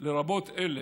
לרבות אלה